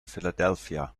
philadelphia